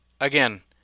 again